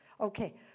okay